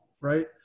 right